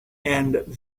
and